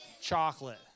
Chocolate